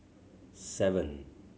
seven